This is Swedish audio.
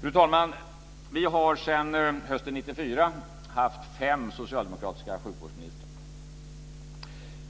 Fru talman! Vi har sedan hösten 1994 haft fem socialdemokratiska sjukvårdsministrar.